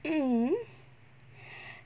mm